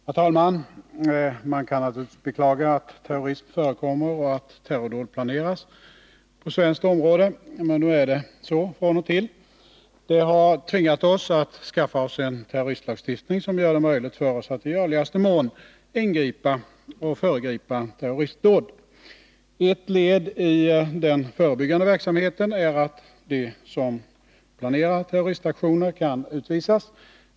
Herr talman! Man kan naturligtvis beklaga att terrorism förekommer och att terrordåd planeras på svenskt område. Men nu är det från och till så. Det har tvingat oss att skaffa oss en terroristlagstiftning som gör det möjligt för oss att i görligaste mån ingripa mot och föregripa terroristdåd. Ett led i den förebyggande verksamheten är att de som planerar terroristaktioner kan utvisas.